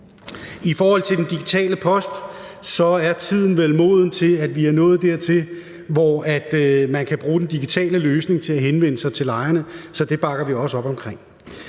I forhold til den digitale post er tiden vel moden til, vi er nået til, at man kan bruge den digitale løsning til at henvende sig til lejerne, så det bakker vi også op om.